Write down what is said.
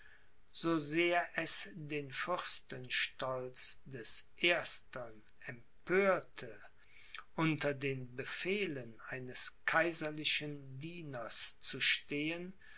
so sehr es den fürstenstolz des erstern empörte unter den befehlen eines kaiserlichen dieners zu stehen